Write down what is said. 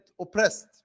oppressed